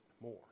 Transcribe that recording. more